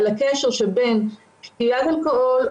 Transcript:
בין שתיית אלכוהול,